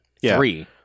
Three